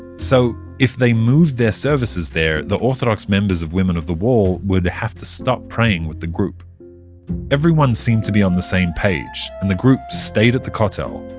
so if they moved their services there, the orthodox members of women of the wall would have to stop praying with the group everyone seemed to be on the same page, and the group stayed at the kotel,